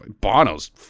Bono's